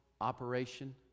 operation